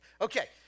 Okay